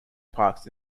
parks